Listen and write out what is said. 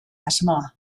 asmoa